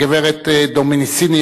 הגברת דומיניסיני,